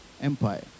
Empire